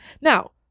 Now